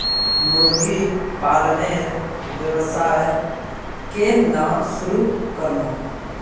मुर्गी पालनेर व्यवसाय केन न शुरु करमु